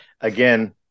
again